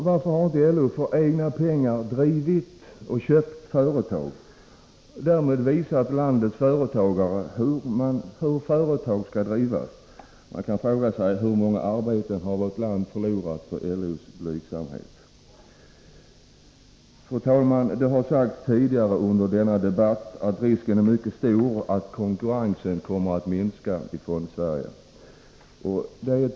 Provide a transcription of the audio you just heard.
Varför har inte LO för egna pengar köpt och drivit företag och därmed visat landets företagare hur företag verkligen skall drivas? Hur många arbeten har vårt land förlorat på LO:s blygsamhet? Fru talman! Det har sagts tidigare under denna debatt att risken är mycket stor att konkurrensen kommer att minska i Fondsverige.